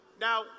Now